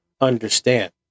understand